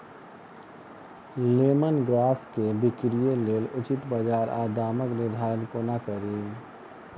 Lemon grass केँ बिक्रीक लेल उचित बजार आ दामक निर्धारण कोना कड़ी?